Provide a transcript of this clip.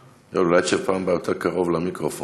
אולי תשב בפעם הבאה יותר קרוב למיקרופון,